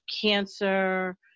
cancer